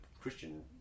Christian